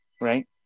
right